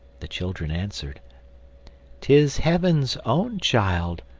the children answered tis heaven's own child,